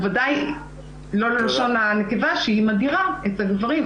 ובוודאי לא ללשון הנקבה שהיא מדירה את הגברים.